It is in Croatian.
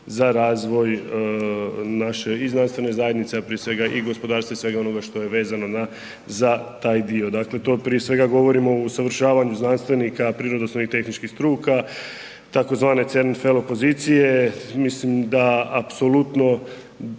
za razvoj naše i znanstvene zajednice, a prije svega i gospodarstva i svega onoga što je vezano na, za taj dio. Dakle, to prije svega govorimo o usavršavanju znanstvenika prirodoslovnih tehničkih struka tzv. CERN fel pozicije, mislim da apsolutno